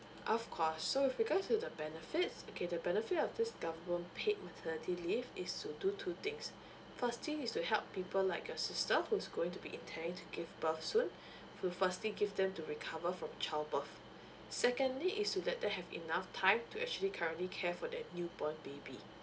of course so with regards to the benefits okay the benefit of this government paid maternity leave is to do two things firstly is to help people like your sister who's going to be intending to give birth soon fi~ firstly give them to recover from child birth secondly is to that they have enough time to actually currently care for their new born baby